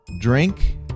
drink